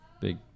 big –